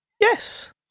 Yes